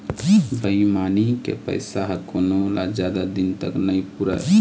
बेईमानी के पइसा ह कोनो ल जादा दिन तक नइ पुरय